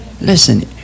Listen